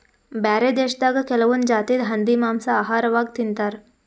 ಬ್ಯಾರೆ ದೇಶದಾಗ್ ಕೆಲವೊಂದ್ ಜಾತಿದ್ ಹಂದಿ ಮಾಂಸಾ ಆಹಾರವಾಗ್ ತಿಂತಾರ್